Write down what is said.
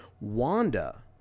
Wanda